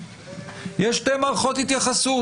יש שתי מערכות התייחסות.